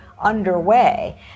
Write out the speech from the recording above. underway